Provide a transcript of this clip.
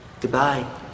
Goodbye